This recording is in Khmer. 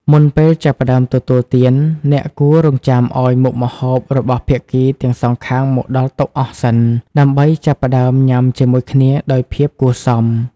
មុនពេលចាប់ផ្តើមទទួលទាន អ្នកគួររង់ចាំឱ្យមុខម្ហូបរបស់ភាគីទាំងសងខាងមកដល់តុអស់សិន ដើម្បីចាប់ផ្តើមញ៉ាំជាមួយគ្នាដោយភាពគួរសម។